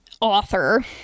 author